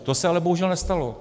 To se ale bohužel nestalo.